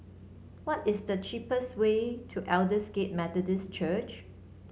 what is the cheapest way to Aldersgate Methodist Church